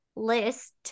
list